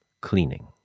cleaning